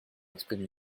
exprimer